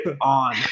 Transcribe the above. on